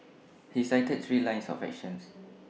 he cited three lines of action